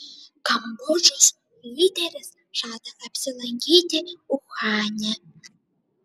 kambodžos lyderis žada apsilankyti uhane